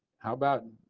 how about